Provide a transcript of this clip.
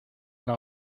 una